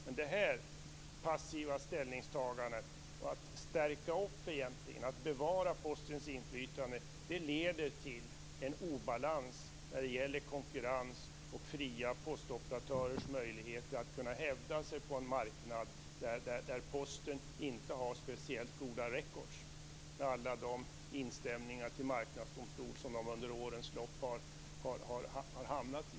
Men detta passiva ställningstagande, att egentligen stärka och bevara Postens inflytande, leder till en obalans när det gäller konkurrens och fria postoperatörers möjligheter att hävda sig på en marknad där Posten inte har speciellt goda records med alla instämningar till Marknadsdomstolen som man under årens lopp har hamnat i.